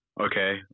okay